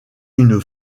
une